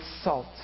salt